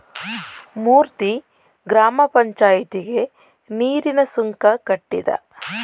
ಮೂರ್ತಿ ಗ್ರಾಮ ಪಂಚಾಯಿತಿಗೆ ನೀರಿನ ಸುಂಕ ಕಟ್ಟಿದ